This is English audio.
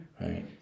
right